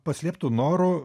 paslėptu noru